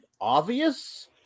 obvious